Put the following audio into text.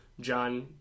John